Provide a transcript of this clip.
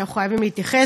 ואנחנו חייבים להתייחס.